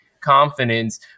confidence